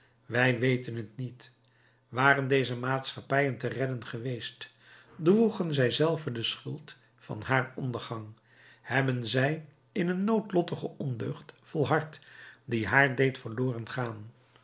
wij weten t niet waren deze maatschappijen te redden geweest droegen zij zelve de schuld van haar ondergang hebben zij in een noodlottige ondeugd volhard die haar deed verloren gaan